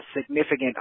significant